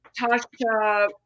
Tasha